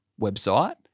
website